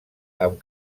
amb